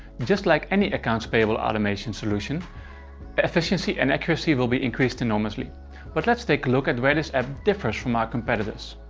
just like any accounts payable automation solution, the efficiency and accuracy will be increased enourmousely. but let's take a look at where this app differs from our competitors.